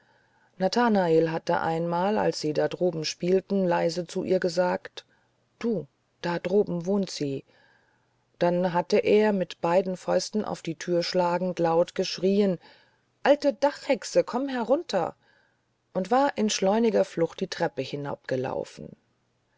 nathanael hatte einmal als sie da droben spielten leise zu ihr gesagt du da droben wohnt sie dann hatte er mit beiden fäusten auf die thür schlagend laut geschrieen alte dachhexe komm herunter und war in schleuniger flucht die treppe